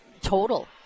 total